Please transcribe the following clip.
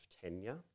tenure